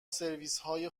سرویسهای